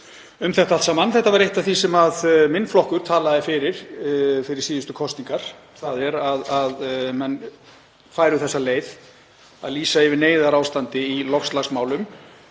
um þetta allt saman. Þetta var eitt af því sem minn flokkur talaði fyrir fyrir síðustu kosningar, þ.e. að menn færu þá leið að lýsa yfir neyðarástandi í loftslagsmálum.